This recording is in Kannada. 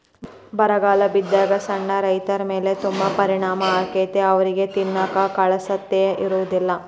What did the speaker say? ಬರಗಾಲ ಬಿದ್ದಾಗ ಸಣ್ಣ ರೈತರಮೇಲೆ ತುಂಬಾ ಪರಿಣಾಮ ಅಕೈತಿ ಅವ್ರಿಗೆ ತಿನ್ನಾಕ ಕಾಳಸತೆಕ ಇರುದಿಲ್ಲಾ